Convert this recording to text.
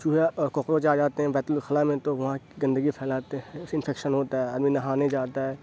چوہا اور کوکروچ آ جاتے ہیں بیت الخلا میں تو وہاں گندگی پھیلاتے ہیں اس سے انفیکشن ہوتا ہے آدمی نہانے جاتا ہے